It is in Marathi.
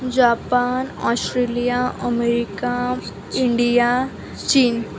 जापान ऑस्ट्रेलिया अमेरिका इंडिया चीन